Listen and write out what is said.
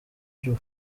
by’u